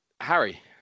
Harry